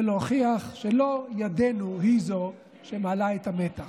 להוכיח שלא ידנו היא שמעלה את המתח.